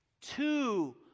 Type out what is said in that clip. two